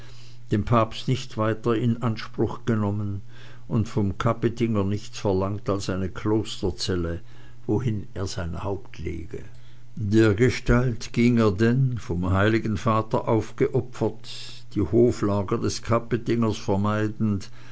den papst nicht weiter in anspruch genommen und vom kapetinger nichts verlangt als eine klosterzelle wohin er sein haupt berge dergestalt ging er denn vom heiligen vater aufgeopfert die hoflager des kapetingers vermeidend